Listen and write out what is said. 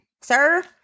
sir